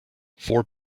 four